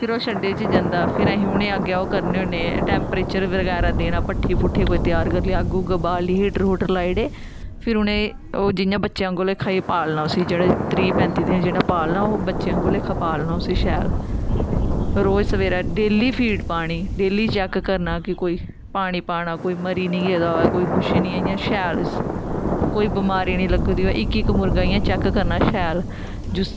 फिर ओह् शड्डे च जंदा फिर अस उ'नेंगी अग्गें ओह् करने होन्ने टैंपरेचर बगैरा देना भट्ठी भुट्ठी कोई त्यार करी ओड़ी अग्ग उग्ग बाली हीटर हूटर लाई ओड़े फिर उ'नेंगी ओह् जियां बच्चे आगूं लेखा पालना उसी जेह्ड़ा त्रीह् पैंत्ती दिन पालना ओह् बच्चे आंगू लेखा पालना उसी शैल रोज सवेरें डेली फीड पानी डेली चेक करना कि कोई पानी पाना कोई मरी निं गेदा होऐ कोई कुछ निं कोई शैल कोई बमारी निं लग्गी दी होऐ इक इक मुर्गा इ'यां चेक करना शैल जिसी